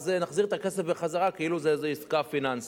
אז נחזיר את הכסף כאילו זו איזו עסקה פיננסית.